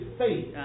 faith